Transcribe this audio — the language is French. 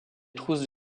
trousses